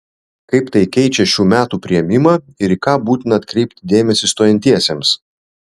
kaip tai keičią šių metų priėmimą ir į ką būtina atkreipti dėmesį stojantiesiems